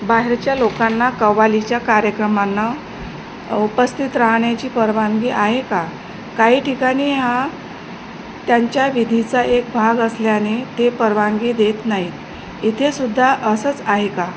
बाहेरच्या लोकांना कव्वालीच्या कार्यक्रमांना उपस्थित राहण्याची परवानगी आहे का काही ठिकाणी हा त्यांच्या विधीचा एक भाग असल्याने ते परवानगी देत नाहीत इथे सुद्धा असंच आहे का